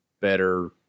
better